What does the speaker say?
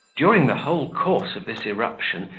during the whole course of this irruption,